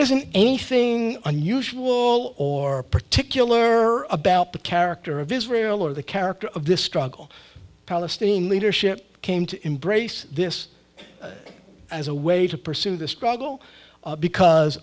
isn't anything unusual or particular about the character of israel or the character of this struggle palestinian leadership came to embrace this as a way to pursue the struggle because